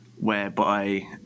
whereby